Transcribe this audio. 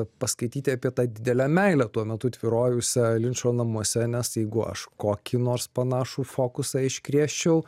paskaityti apie tą didelę meilę tuo metu tvyrojusią linčo namuose nes jeigu aš kokį nors panašų fokusą iškrėsčiau